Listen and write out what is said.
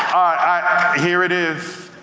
here it is.